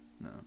No